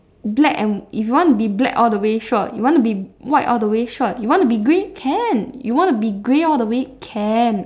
black and if you want be black all the way sure you want to be white all the way sure you want to grey can you want to be grey all the way can